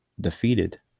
defeated